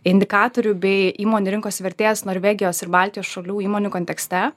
indikatorių bei įmonių rinkos vertės norvegijos ir baltijos šalių įmonių kontekste